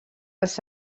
els